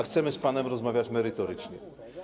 Chcemy z panem rozmawiać merytorycznie.